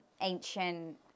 ancient